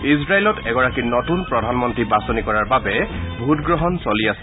ইজৰাইলত এগৰাকী নতুন প্ৰধানমন্ত্ৰী বাচনি কৰাৰ বাবে ভোটগ্ৰহণ চলি আছে